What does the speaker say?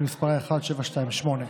שמספרה פ/1728.